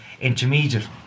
intermediate